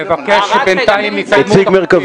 למה היה חשוב להשאיר את המפעל?